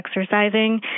exercising